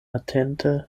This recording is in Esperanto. atente